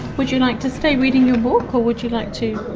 would you like to stay reading your book or would you like to?